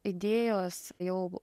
idėjos jau